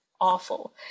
awful